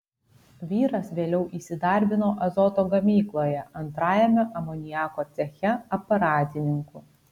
vyras vėliau įsidarbino azoto gamykloje antrajame amoniako ceche aparatininku